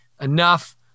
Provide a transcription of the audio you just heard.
enough